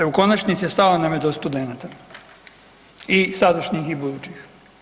U konačnici stalo nam je do studenata i sadašnjih i budućih.